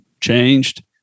changed